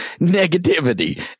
negativity